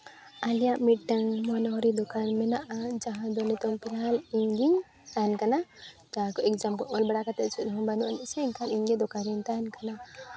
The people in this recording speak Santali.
ᱟᱞᱮᱭᱟᱜ ᱢᱤᱫᱴᱟᱱ ᱢᱚᱱᱚᱦᱚᱨᱤ ᱫᱚᱠᱟᱱ ᱢᱮᱱᱟᱜᱼᱟ ᱡᱟᱦᱟᱸ ᱫᱚ ᱱᱤᱛᱚᱝ ᱯᱷᱤᱞᱦᱟᱞ ᱤᱧ ᱜᱤᱧ ᱛᱟᱦᱮᱱ ᱠᱟᱱᱟ ᱡᱟᱦᱟᱸ ᱠᱚ ᱮᱠᱡᱟᱢ ᱠᱚ ᱚᱞ ᱵᱟᱲᱟ ᱠᱟᱛᱮᱫ ᱪᱮᱫ ᱦᱚᱸ ᱵᱟᱹᱱᱩᱜᱼᱟ ᱥᱮ ᱮᱱᱠᱷᱟᱱ ᱤᱧᱜᱮ ᱫᱚᱠᱟᱱ ᱨᱤᱧ ᱛᱟᱦᱮᱱ ᱠᱟᱱᱟ